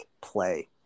play